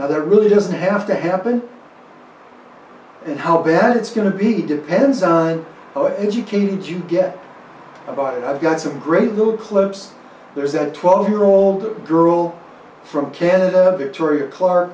now that really doesn't have to happen and how bad it's going to be depends on how educated you get by i've got some great little clips there's a twelve year old girl from canada victoria clark